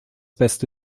beste